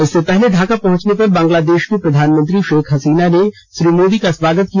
इससे पहले ढाका पहुंचने पर बंगलादेश की प्रधानमंत्री शेख हसीना ने श्री मोदी का स्वागत किया